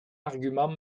argument